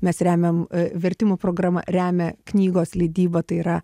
mes remiam vertimų programa remia knygos leidybą tai yra